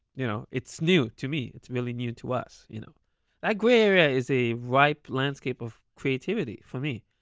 you know it's new to me. it's really new to us you know that gray area is a ripe landscape of creativity for me.